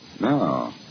No